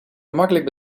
gemakkelijk